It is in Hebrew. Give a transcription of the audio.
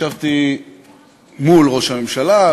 ישבתי מול ראש הממשלה,